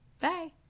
Bye